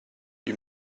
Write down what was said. you